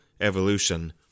evolution